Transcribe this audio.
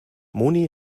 moni